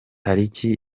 tariki